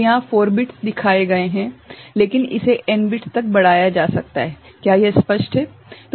तो यहाँ 4 बिट्स दिखाए गए हैं लेकिन इसे n बिट्स तक बढ़ाया जा सकता है क्या यह स्पष्ट है ठीक है